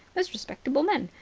most respectable men.